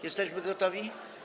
Jesteśmy gotowi?